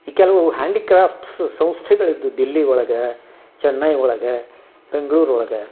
ಈ ಕೆಲವು ಹ್ಯಾಂಡಿಕ್ರಾಫ್ಟ್ಸ್ ಸಂಸ್ಥೆಗಳು ಇದ್ದು ದಿಲ್ಲಿ ಒಳಗೆ ಚೆನ್ನೈ ಒಳಗೆ ಬೆಂಗ್ಳೂರು ಒಳಗೆ